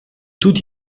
тут